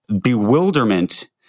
bewilderment